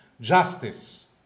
justice